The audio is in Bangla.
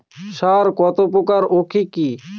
সার কত প্রকার ও কি কি?